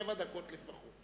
שבע דקות לפחות.